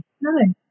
no